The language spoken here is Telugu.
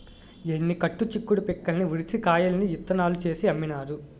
ఎన్ని కట్టు చిక్కుడు పిక్కల్ని ఉడిసి కాయల్ని ఇత్తనాలు చేసి అమ్మినారు